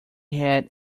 had